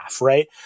Right